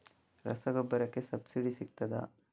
ರಸಗೊಬ್ಬರಕ್ಕೆ ಸಬ್ಸಿಡಿ ಸಿಗ್ತದಾ?